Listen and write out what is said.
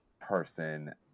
person